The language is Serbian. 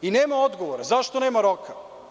Nema odgovora zašto nema roka.